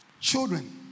Children